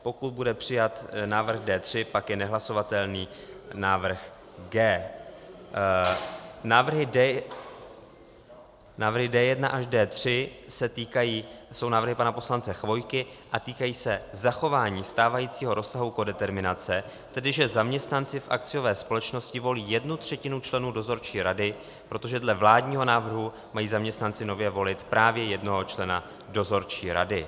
Pokud bude přijat návrh D3, pak je nehlasovatelný návrh G. Návrhy D1 až D3 jsou návrhy pana poslance Chvojky a týkají se zachování stávajícího rozsahu kodeterminace, tedy že zaměstnanci v akciové společnosti volí jednu třetinu členů dozorčí rady, protože dle vládního návrhu mají zaměstnanci nově volit právě jednoho člena dozorčí rady.